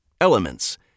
Elements